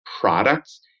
products